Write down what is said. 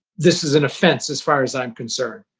this is an offense as far as i'm concerned.